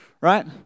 right